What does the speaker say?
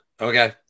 Okay